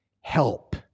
help